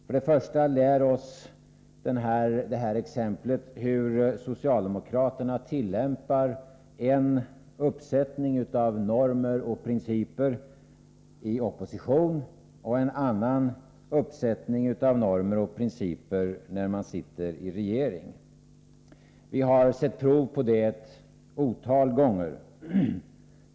För det första lär detta exempel oss hur socialdemokraterna tillämpar en uppsättning av normer och principer i opposition och en annan uppsättning när de sitter i regeringsställning. Vi har sett prov på det ett otal gånger.